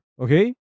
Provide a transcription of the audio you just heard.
okay